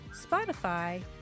Spotify